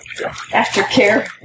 aftercare